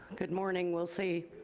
good morning, we'll see.